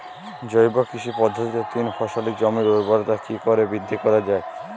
জৈব কৃষি পদ্ধতিতে তিন ফসলী জমির ঊর্বরতা কি করে বৃদ্ধি করা য়ায়?